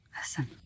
listen